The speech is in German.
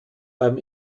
beim